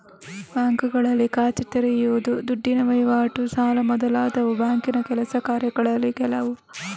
ಬ್ಯಾಂಕುಗಳಲ್ಲಿ ಖಾತೆ ತೆರೆಯುದು, ದುಡ್ಡಿನ ವೈವಾಟು, ಸಾಲ ಮೊದಲಾದವು ಬ್ಯಾಂಕಿನ ಕೆಲಸ ಕಾರ್ಯಗಳಲ್ಲಿ ಕೆಲವು